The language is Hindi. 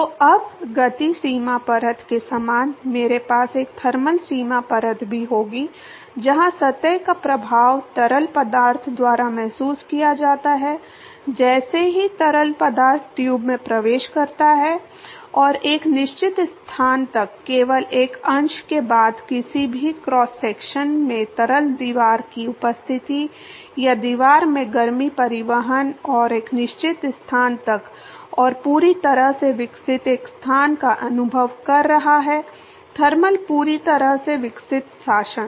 तो अब गति सीमा परत के समान मेरे पास एक थर्मल सीमा परत भी होगी जहां सतह का प्रभाव तरल पदार्थ द्वारा महसूस किया जाता है जैसे ही तरल पदार्थ ट्यूब में प्रवेश करता है और एक निश्चित स्थान तक केवल एक अंश के बाद किसी भी क्रॉस सेक्शन में तरल दीवार की उपस्थिति या दीवार से गर्मी परिवहन और एक निश्चित स्थान तक और पूरी तरह से विकसित एक स्थान का अनुभव कर रहा है थर्मल पूरी तरह से विकसित शासन